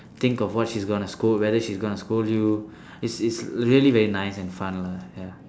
think of what she's gonna scold whether she's gonna scold you it's it's really very nice and fun lah ya